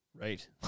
Right